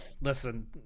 listen